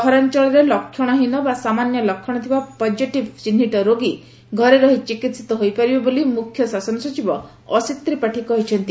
ସହରାଅଳରେ ଲକ୍ଷଣହୀନ ବା ସାମାନ୍ୟ ଲକ୍ଷଣ ଥିବା ପଜିଟିଭ ଚିହିତ ରୋଗୀ ଘରେ ରହି ଚିକିହିତ ହୋଇପାରିବେ ବୋଲି ମୁଖ୍ୟ ଶାସନ ସଚିବ ଅସିତ ତ୍ରିପାଠୀ କହିଛନ୍ତି